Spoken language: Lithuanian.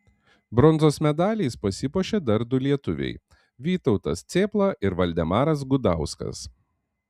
bronzos medaliais pasipuošė dar du lietuviai vytautas cėpla ir valdemaras gudauskas